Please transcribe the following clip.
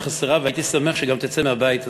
והייתי שמח שהיא תצא גם מהבית הזה,